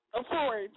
afford